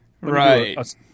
Right